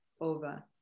over